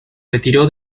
retiró